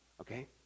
Okay